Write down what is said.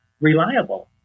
reliable